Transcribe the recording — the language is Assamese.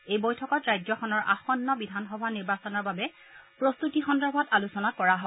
এই বৈঠকত ৰাজ্যখনৰ আসন্ন বিধানসভা নিৰ্বাচনৰ বাবে প্ৰস্তুতি সন্দৰ্ভত আলোচনা কৰা হয়